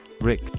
rick